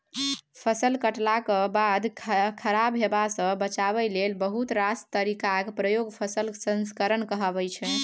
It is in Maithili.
फसल कटलाक बाद खराब हेबासँ बचाबै लेल बहुत रास तरीकाक प्रयोग फसल संस्करण कहाबै छै